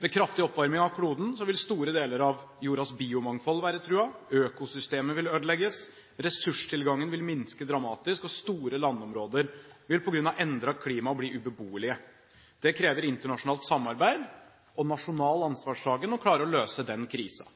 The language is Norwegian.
Ved kraftig oppvarming av kloden vil store deler av jordens biomangfold være truet, økosystemet vil ødelegges, ressurstilgangen vil minske dramatisk, og store landområder vil på grunn av endret klima bli ubeboelige. Det krever internasjonalt samarbeid og nasjonal ansvarstagen å klare å løse den krisen.